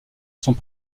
sont